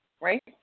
right